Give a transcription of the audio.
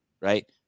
right